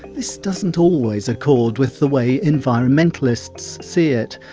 this doesn't always accord with the way environmentalists see it,